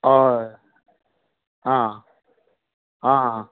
हय आं आंहा